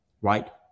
right